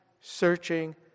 searching